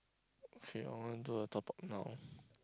okay I want do a top up now